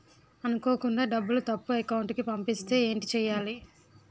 అనుకోకుండా డబ్బులు తప్పు అకౌంట్ కి పంపిస్తే ఏంటి చెయ్యాలి?